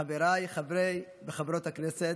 חבריי חברי וחברות הכנסת,